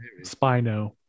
Spino